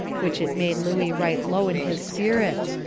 which it made looey right low in his sperrits,